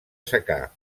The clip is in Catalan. secà